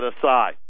aside